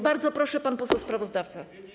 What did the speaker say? Bardzo proszę, pan poseł sprawozdawca.